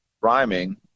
rhyming